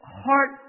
heart